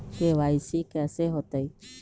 KYC कैसे होतई?